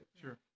Sure